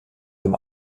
dem